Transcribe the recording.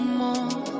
more